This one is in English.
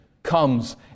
comes